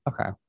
Okay